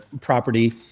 property